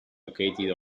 located